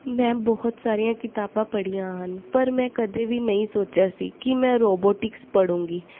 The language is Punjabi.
ਮੈਂ ਬਹੁਤ ਸਾਰੀਆਂ ਕਿਤਾਬਾਂ ਪੜ੍ਹੀਆਂ ਹਨ ਪਰ ਮੈਂ ਕਦੇ ਵੀ ਨਹੀਂ ਸੋਚਿਆ ਸੀ ਕਿ ਮੈਂ ਰੋਬੋਟਿਕਸ ਪੜੂੰਗੀ